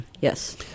Yes